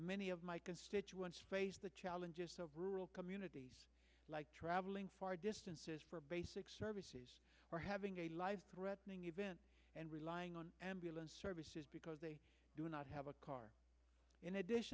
many of my constituents face the challenges of rural communities like travelling far distances for basic services or having a life threatening event and relying on ambulance services because they do not have a car in